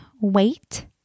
wait